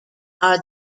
are